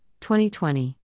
2020